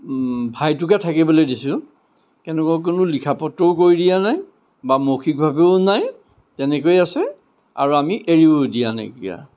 ভাইটোকে থাকিবলৈ দিছোঁ তেনেকুৱা কোনো লিখা পত্ৰও কৰি দিয়া নাই বা মৌখিকভাৱেও নাই তেনেকৈয়ে আছে আৰু আমি এৰিও দিয়া নাইকিয়া